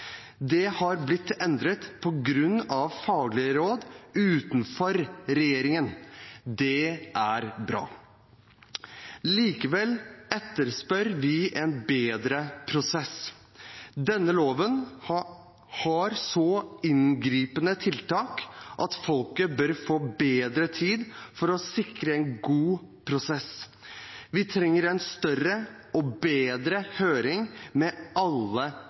Det har blitt endret på grunn av faglige råd utenfor regjeringen. Det er bra. Likevel etterspør vi en bedre prosess. Denne loven har så inngripende tiltak at folk bør få bedre tid for å sikre en god prosess. Vi trenger en større og bedre høring med alle